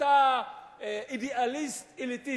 אידיאליסט-אליטיסט,